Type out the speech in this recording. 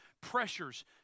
pressures